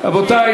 דו-לאומית,